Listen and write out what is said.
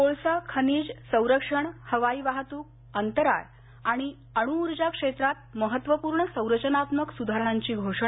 कोळसा खनीज संरक्षण हवाई वाहतुक अंतराळ आणि अणू ऊर्जा क्षेत्रांत महत्वपूर्ण संरचनात्मक सुधारणांची घोषणा